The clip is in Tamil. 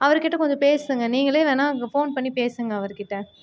அவர்கிட்ட கொஞ்சம் பேசுங்கள் நீங்களே வேணால் ஃபோன் பண்ணி பேசுங்கள் அவர்கிட்ட